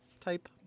Type